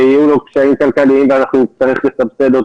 ויהיו לו קשיים כלכליים שנצטרך לסבסד.